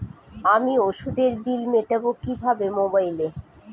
আমি ওষুধের বিল মেটাব কিভাবে মোবাইলে?